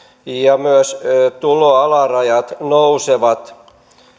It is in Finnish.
ja myös tuloalarajat nousevat